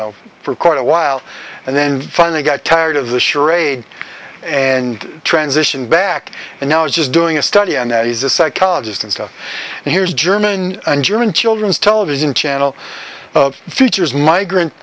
know for quite a while and then finally got tired of the charade and transition back and now is just doing a study and he's a psychologist and stuff and here's german and german children's television channel features migrant